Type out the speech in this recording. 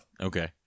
Okay